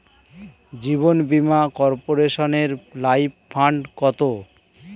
জীবন বীমা কর্পোরেশনের life fund কত?